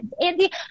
Andy